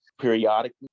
periodically